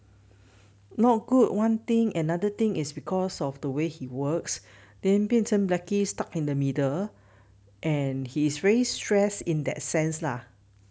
not good one thing another thing is because of the way he works then 变成 blackie stuck in the middle and he's very stressed in that sense lah